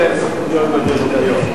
להם זכות בדירקטוריון.